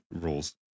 rules